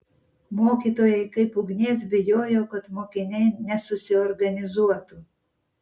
mokytojai kaip ugnies bijojo kad mokiniai nesusiorganizuotų